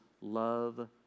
love